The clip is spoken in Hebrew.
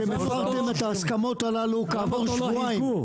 אתם הפרתם את ההסכמות הללו כעבור שבועיים,